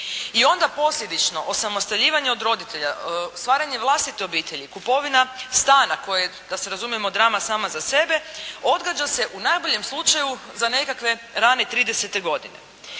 i onda posljedično osamostaljivanje od roditelja, stvaranje vlastite obitelji, kupovina stana koja je da se razumijemo drama sama za sebe, odgađa se u najboljem slučaju za nekakve rane tridesete godine.